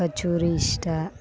ಕಚೋರಿ ಇಷ್ಟ